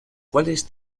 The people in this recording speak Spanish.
cuales